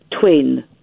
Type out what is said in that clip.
twin